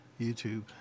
YouTube